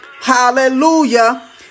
Hallelujah